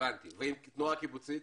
ועם התנועה הקיבוצית?